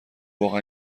واقعا